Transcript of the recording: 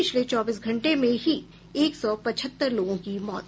पिछले चौबीस घंटे में ही एक सौ पचहत्तर लोगों की मौत हुई